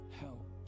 help